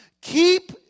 Keep